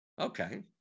okay